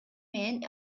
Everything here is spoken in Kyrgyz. менен